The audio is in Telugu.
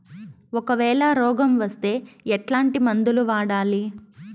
ఒకవేల రోగం వస్తే ఎట్లాంటి మందులు వాడాలి?